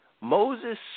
Moses